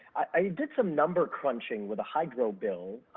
i did some numbercrunching with the hydro bill,